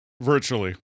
virtually